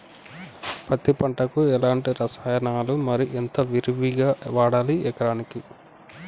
పత్తి పంటకు ఎలాంటి రసాయనాలు మరి ఎంత విరివిగా వాడాలి ఎకరాకి?